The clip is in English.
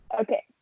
Okay